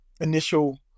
initial